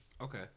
Okay